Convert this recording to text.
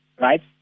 Right